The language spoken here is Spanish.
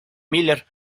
miller